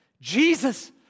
Jesus